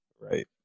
Right